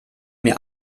mir